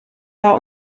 war